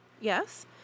Yes